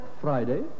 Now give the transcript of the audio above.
Friday